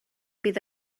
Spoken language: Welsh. bydd